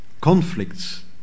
conflicts